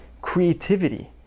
creativity